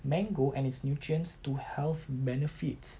mango and its nutrients to health benefits